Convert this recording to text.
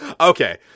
Okay